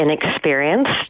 inexperienced